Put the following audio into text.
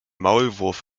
maulwurf